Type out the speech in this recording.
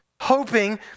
hoping